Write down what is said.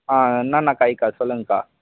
ஆ என்னென்னா காய்க்கா சொல்லுங்கக்கா